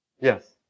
Yes